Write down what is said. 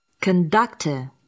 conductor